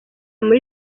muri